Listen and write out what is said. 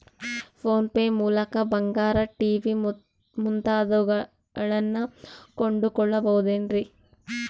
Phone pay ಮೂಲಕ ಬಂಗಾರ, TV ಮುಂತಾದವುಗಳನ್ನ ಕೊಂಡು ಕೊಳ್ಳಬಹುದೇನ್ರಿ?